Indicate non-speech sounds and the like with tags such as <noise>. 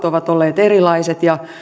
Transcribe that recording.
<unintelligible> ovat olleet erilaiset ja